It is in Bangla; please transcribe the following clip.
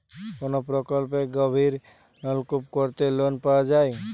কোন প্রকল্পে গভির নলকুপ করতে লোন পাওয়া য়ায়?